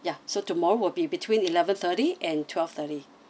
ya so tomorrow will be between eleven thirty and twelve thirty